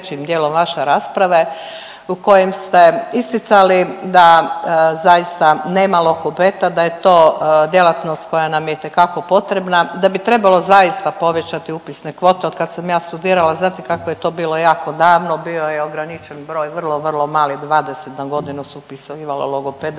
u kojem ste isticali da zaista nema lokopeta, da je to djelatnost koja nam je itekako potrebna, da bi trebalo zaista povećati upisne kvote, od kad sam ja studirala, znate kako je to bilo jako davno, bio je ograničen broj, vrlo vrlo mali, 20 na godinu su upisali logopeda